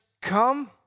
come